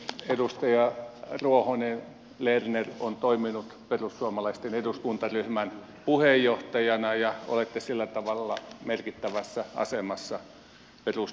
edustaja ruohonen lerner on toiminut perussuomalaisten eduskuntaryhmän puheenjohtajana ja olette sillä tavalla merkittävässä asemassa perussuomalaisissa